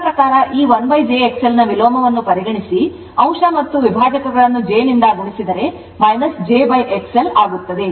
ನನ್ನ ಪ್ರಕಾರ ಈ 1jXL ನ ವಿಲೋಮವನ್ನು ಪರಿಗಣಿಸಿ ಅಂಶ ಮತ್ತು ವಿಭಾಜಕಗಳನ್ನು j ನಿಂದ ಗುಣಿಸಿದರೆ jXL ಆಗುತ್ತದೆ